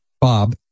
Bob